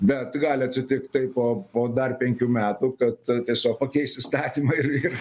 bet gali atsitikt taip po po dar penkių metų kad tiesiog pakeis įstatymą ir